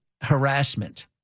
harassment